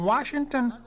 Washington